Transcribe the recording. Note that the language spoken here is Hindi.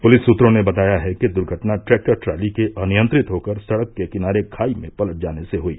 पुलिस सूत्रों ने बताया है कि दुर्घटना ट्रैक्टर ट्रॉली के अनियंत्रित होकर सड़क के किनारे खाई में पलट जाने से हुयी